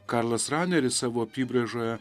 karlas raneris savo apybraižoje